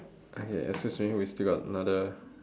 okay excuse me we still got another